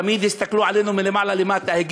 תמיד הסתכלו עלינו מלמעלה למטה,